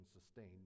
sustained